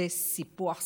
זה סיפוח סטטוטורי,